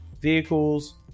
vehicles